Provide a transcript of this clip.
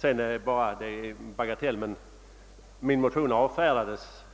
Slutligen några ord om en bagatell i sammanhanget. Herr Johansson i Trollhättan säger att min motion avfärdades